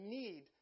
need